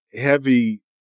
Heavy